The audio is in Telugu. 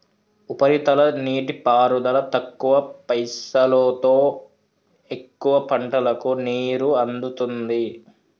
ఉపరితల నీటిపారుదల తక్కువ పైసలోతో ఎక్కువ పంటలకు నీరు అందుతుంది